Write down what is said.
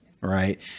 right